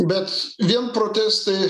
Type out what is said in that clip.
bet vien protestai